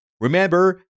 Remember